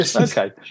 Okay